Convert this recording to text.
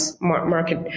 market